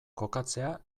kokatzea